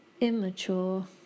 immature